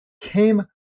came